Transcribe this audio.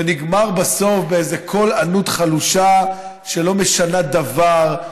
ובסוף נגמר בקול ענות חלושה שלא משנה דבר.